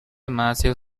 massive